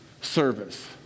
service